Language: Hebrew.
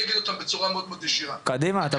בזלת הוא אחד המפעלים במדינת ישראל ואני